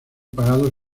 pagados